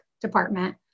department